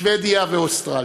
שבדיה ואוסטרליה,